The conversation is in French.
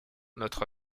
notre